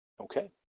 Okay